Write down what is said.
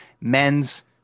men's